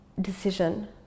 decision